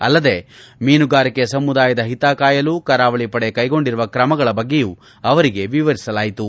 ಅಲ್ಲದೇ ಮೀನುಗಾರಿಕೆ ಸಮುದಾಯದ ಹಿತ ಕಾಯಲು ಕರಾವಳಿ ಪಡೆ ಕೈಗೊಂಡಿರುವ ತ್ರಮಗಳ ಬಗ್ಗೆಯೂ ಅವರಿಗೆ ವಿವರಿಸಲಾಯಿತು